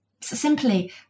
simply